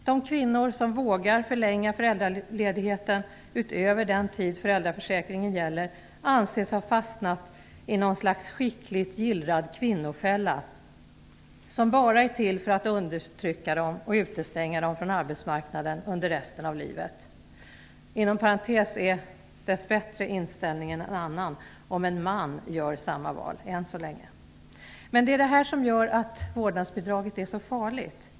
De kvinnor som vågar förlänga föräldraledigheten, utöver den tid föräldraförsäkringen gäller, anses ha fastnat i något slags skickligt gillrad kvinnofälla som bara är till för att undertrycka dem och utestänga dem från arbetsmarknaden under resten av livet. Inom parentes sagt är dess bättre inställningen än så länge en annan om en man gör samma val. Det är detta som gör att vårdnadsbidraget upplevs som så farligt.